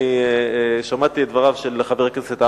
אני שמעתי את דבריו של חבר הכנסת עמאר,